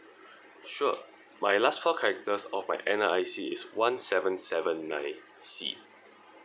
sure my last four characters of my N_R_I_C is one seven seven nine C